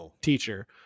teacher